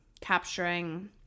capturing